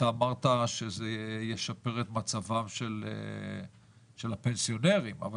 אתה אמרת שזה ישפר את מצבם של הפנסיונרים אבל